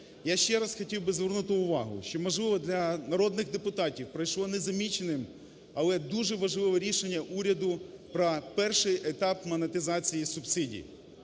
Я ще раз хотів би звернути увагу, що, можливо, для народних депутатів пройшло незаміченим, але дуже важливе рішення уряду про перший етап монетизації субсидій.